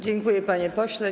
Dziękuję, panie pośle.